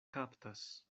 kaptas